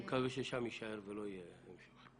אני מקווה ששם יישאר ולא יהיה המשך.